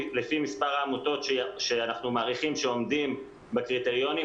לפי מספר העמותות שאנחנו מעריכים שעומדות בקריטריונים